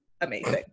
amazing